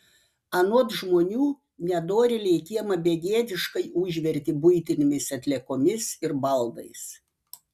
anot žmonių nedorėliai kiemą begėdiškai užvertė buitinėmis atliekomis ir baldais